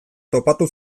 topatu